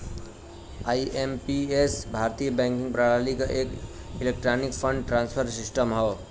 IMPS भारतीय banking प्रणाली क एक इलेक्ट्रॉनिक फंड ट्रांसफर सिस्टम हौ